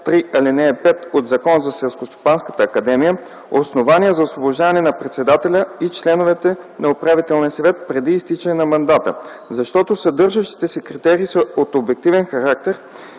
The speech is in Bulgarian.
ал. 5 от Закона за Селскостопанската академия основания за освобождаване на председателя и членовете на управителния съвет преди изтичане на мандата, защото съдържащите се критерии са от обективен характер